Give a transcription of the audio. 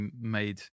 made